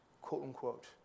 quote-unquote